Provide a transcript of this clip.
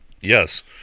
Yes